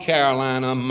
Carolina